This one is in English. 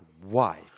wife